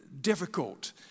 difficult